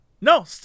No